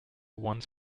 one